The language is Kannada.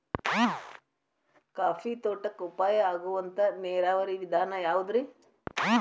ಕಾಫಿ ತೋಟಕ್ಕ ಉಪಾಯ ಆಗುವಂತ ನೇರಾವರಿ ವಿಧಾನ ಯಾವುದ್ರೇ?